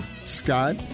Scott